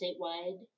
statewide